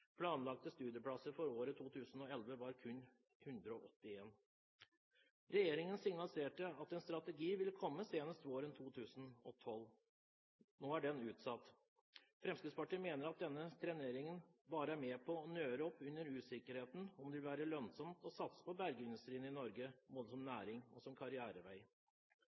Planlagte studieplasser for året 2011 var kun 181. Regjeringen signaliserte at en strategi ville komme senest våren 2012. Nå er den utsatt. Fremskrittspartiet mener at denne treneringen bare er med på å nøre opp under usikkerheten om det vil være lønnsomt å satse på bergindustrien i Norge både som næring og som karrierevei.